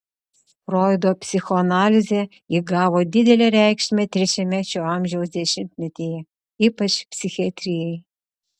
froido psichoanalizė įgavo didelę reikšmę trečiame šio amžiaus dešimtmetyje ypač psichiatrijai